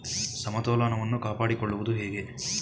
ಸಮತೋಲನವನ್ನು ಕಾಪಾಡಿಕೊಳ್ಳುವುದು ಹೇಗೆ?